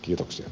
kiitoksia